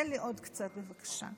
תן לי עוד קצת, בבקשה.